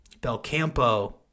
Belcampo